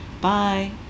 Bye